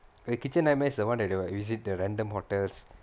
the kitchen nightmares the one day they will visit the random hotels